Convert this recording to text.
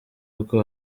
kuko